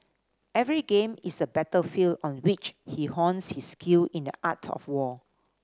every game is a battlefield on which he hones his skill in the art of war